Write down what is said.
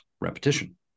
repetition